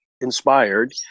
inspired